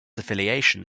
affiliation